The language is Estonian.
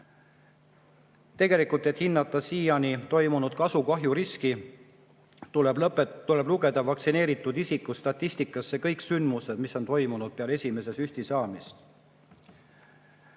Tegelikult, et hinnata senist kasu ja kahju riski, tuleb lugeda vaktsineeritud isikute statistikasse kõik sündmused, mis on toimunud peale esimese süsti saamist.